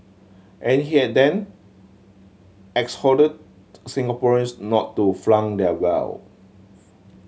and here then exhorted Singaporeans not to flaunt their wealth